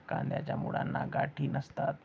कंदाच्या मुळांना गाठी नसतात